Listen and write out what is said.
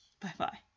Bye-bye